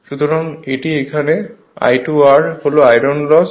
সুতরাং এটি এখানে I2 R হল আয়রন লস